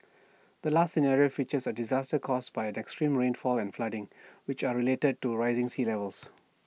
the last scenario features A disaster caused by extreme rainfall and flooding which are related to rising sea levels